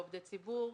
לעובדי ציבור,